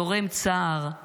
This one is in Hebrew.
זורם צער,